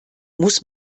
muss